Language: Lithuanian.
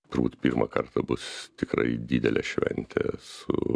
turbūt pirmą kartą bus tikrai didelė šventė su